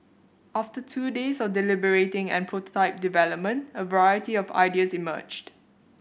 after two days of deliberating and prototype development a variety of ideas emerged